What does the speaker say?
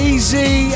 Easy